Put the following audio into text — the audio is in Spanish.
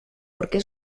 porque